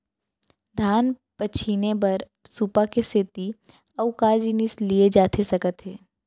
धान पछिने बर सुपा के सेती अऊ का जिनिस लिए जाथे सकत हे?